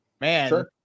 Man